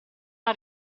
una